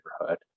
neighborhood